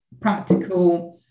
practical